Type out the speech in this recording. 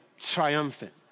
triumphant